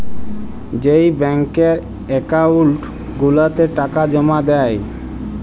যেই ব্যাংকের একাউল্ট গুলাতে টাকা জমা দেই